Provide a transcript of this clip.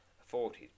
afforded